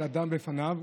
בפניו,